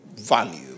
value